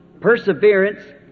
perseverance